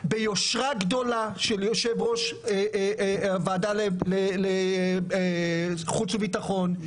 ביושרה גדולה של יושב-ראש ועדת החוץ והביטחון,